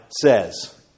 says